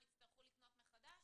הם יצטרכו לקנות מחדש?